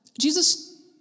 Jesus